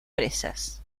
presas